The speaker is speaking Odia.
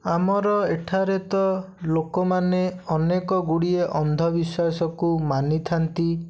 ଆମର ଏଠାରେ ତ ଅନେକ ଗୁଡ଼ିଏ ଅନ୍ଧବିଶ୍ୱାସକୁ ମାନିଥାନ୍ତି